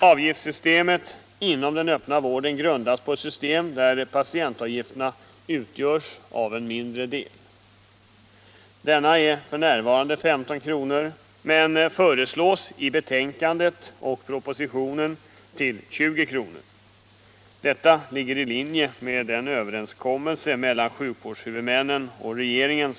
Avgifterna inom den öppna vården grundas på ett system där patientavgifterna bara utgör en mindre del. Denna del är f.n. 15 kr., men föreslås i betänkandet och i propositionen höjd till 20 kr. Detta ligger i linje med den överenskommelse som träffats mellan sjukvårdshuvudmännen och regeringen.